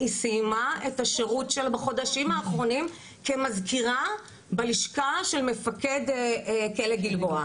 היא סיימה את השירות בחודשים האחרונים כמזכירה בלשכה של מפקד כלא גלבוע,